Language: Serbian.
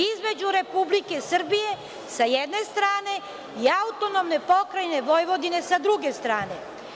Između Republike Srbije, sa jedne strane i AP Vojvodine, sa druge strane.